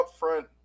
upfront